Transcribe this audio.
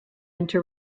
into